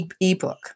ebook